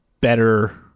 better